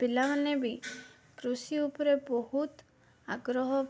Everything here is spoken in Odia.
ପିଲାମାନେ ବି କୃଷି ଉପରେ ବହୁତ ଆଗ୍ରହ